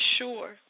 sure